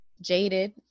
Jaded